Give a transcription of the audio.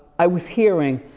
i was hearing,